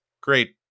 great